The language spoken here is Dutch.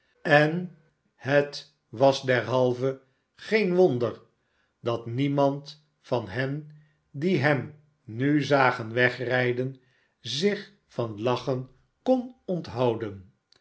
en het was derhalve geen wonder dat niemand van hen die hem nu zagen wegrijden zich van lachen kon onthouden